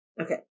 Okay